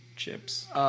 Chips